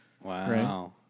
Wow